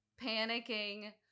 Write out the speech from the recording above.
panicking